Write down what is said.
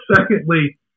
secondly